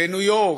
בניו-יורק,